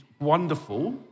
wonderful